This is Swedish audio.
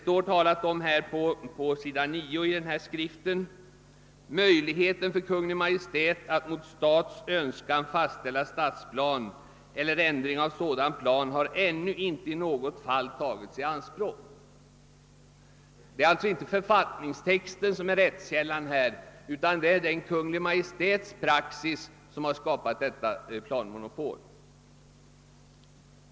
På sidan 9 i den nämnda skrivelsen heter det: »Möjligheten för Kungl. Maj:t att mot stads önskan fastställa stadsplan eller ändring av sådan plan har ännu inte i något fall tagits i anspråk.» Här är alltså inte författningstexten rättskällan, utan i stället den Kungl. Maj:ts praxis som skapat detta planmonopol.